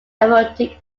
erotic